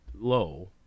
low